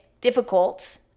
difficult